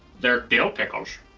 they're dill pickles.